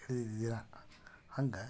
ಇಡೀ ದಿನ ಹಂಗೆ